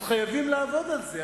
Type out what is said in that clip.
אז חייבים לעבוד על זה,